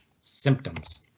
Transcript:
symptoms